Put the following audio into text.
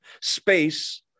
Space